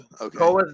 okay